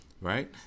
right